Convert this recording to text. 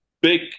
big